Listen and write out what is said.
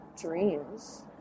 dreams